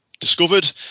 discovered